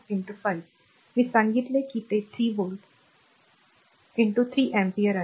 6 5 मी सांगितले की ते 3 व्होल्ट 3 अँपिअर आहे